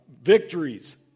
victories